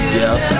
yes